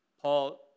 Paul